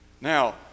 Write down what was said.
Now